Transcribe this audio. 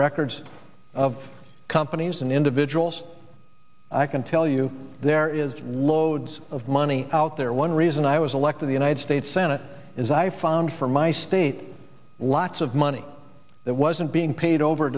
records of companies and individuals i can tell you there is loads of money out there one reason i was elected the united states senate is i found for my state lots of money that wasn't being paid over